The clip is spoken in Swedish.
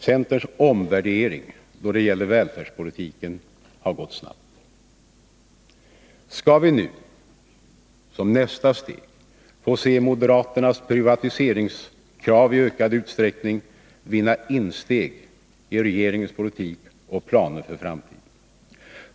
Centerns omvärdering då det gäller välfärdspolitiken har gått snabbt. Skall vi nu som nästa steg få se moderaternas privatiseringskrav i ökad utsträckning vinna insteg i regeringens politik och planer för framtiden?